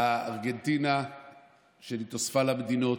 ייכנס לתוקף, וארגנטינה התווספה למדינות,